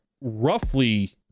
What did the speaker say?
roughly